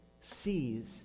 sees